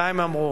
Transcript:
מה הם אמרו?